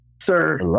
Sir